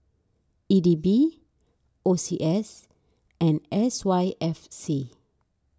E D B O C S and S Y F C